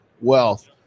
wealth